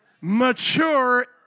Mature